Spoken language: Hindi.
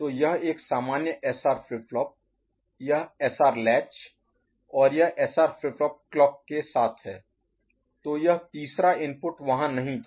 तो यह एक सामान्य SR फ्लिप फ्लॉप यह SR लैच और यह SR फ्लिप फ्लॉप क्लॉक के साथ है तो यह तीसरा इनपुट वहां नहीं था